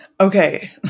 Okay